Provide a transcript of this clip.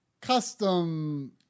custom